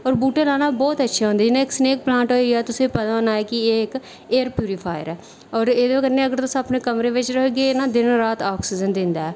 होर बूह्टे लाना बोह्त अच्छे होंदे जियां इक स्नैक प्लांट होई गेआ तुसेंगी पता होना कि एह् इक एयर प्यूरीफायर ऐ होर एह्दे कन्नै अगर तुस अपने कमरे बिच्च रक्खगे एह् ना दिन रात आक्सीजन दिंदा ऐ